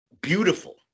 beautiful